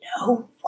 no